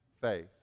faith